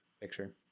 picture